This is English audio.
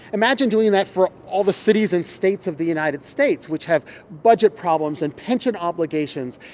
imagine doing that for all the cities and states of the united states, which have budget problems and pension obligations.